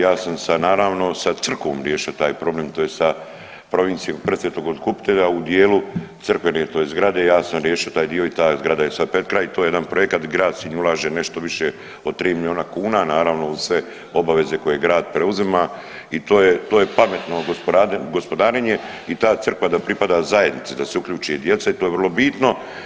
Ja sam naravno sa crkvom riješio taj problem tj. sa provincijom Presvetog Otkupitelja u dijelu crkvene tj. zgrade ja sam riješio taj dio i ta zgrada je sad pred kraj, to je jedan projekat, grad Sinj ulaže nešto više od 3 miliona kuna naravno uz sve obaveze koje grad preuzima i to je, to je pametno gospodarenje i ta crkva da pripada zajednici da se uključe i djeca i to je vrlo bitno.